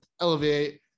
Elevate